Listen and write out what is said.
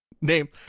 name